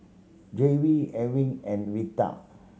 Jair we Ewing and Vita